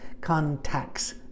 contacts